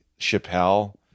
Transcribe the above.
Chappelle